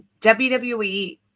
WWE